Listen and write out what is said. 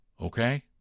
okay